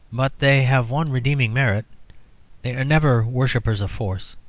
but they have one redeeming merit they are never worshippers of force.